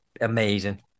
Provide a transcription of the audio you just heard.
amazing